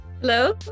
Hello